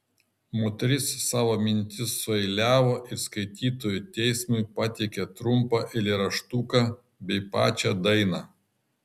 moteris savo mintis sueiliavo ir skaitytojų teismui pateikė trumpą eilėraštuką bei pačią dainą